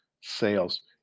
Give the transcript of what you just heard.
sales